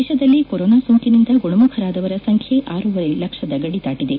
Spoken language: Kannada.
ದೇಶದಲ್ಲಿ ಕೊರೊನಾ ಸೋಂಕಿನಿಂದ ಗುಣಮುಖರಾದವರ ಸಂಖ್ಯೆ ಆರೂವರೆ ಲಕ್ಷದ ಗಡಿ ದಾಟಿದೆ